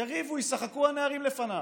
יריבו, ישחקו הנערים לפניו,